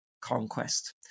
conquest